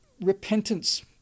repentance